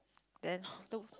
then took